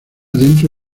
dentro